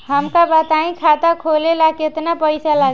हमका बताई खाता खोले ला केतना पईसा लागी?